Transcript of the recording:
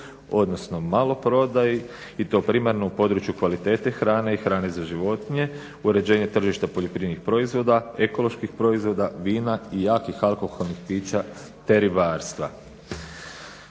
odnosno maloprodaji i to primarno u području kvalitete hrane i hrane za životinje, uređenje tržišta poljoprivrednih proizvoda, ekoloških proizvoda, vina i jakih alkoholnih pića te ribarstva.